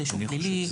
רישום פלילי,